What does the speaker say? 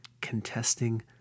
Contesting